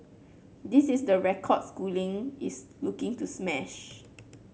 this is the record schooling is looking to smash